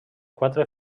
quatre